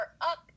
up